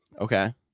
Okay